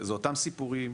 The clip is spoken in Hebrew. זה אותם סיפורים,